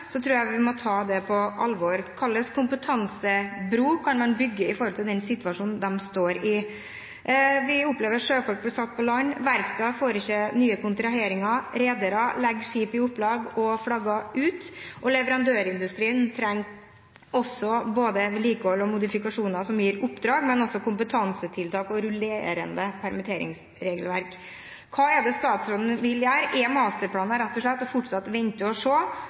på alvor. Hva slags kompetansebro kan man bygge med tanke på den situasjonen de står i? Vi opplever at sjøfolk blir satt på land, verftene får ikke nye kontraheringer, redere legger skip i opplag og flagger ut, og leverandørindustrien trenger også både vedlikehold og modifikasjoner som gir oppdrag, men også kompetansetiltak og rullerende permitteringsregelverk. Hva er det statsråden vil gjøre? Er masterplanen rett og slett å fortsette å